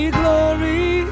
glory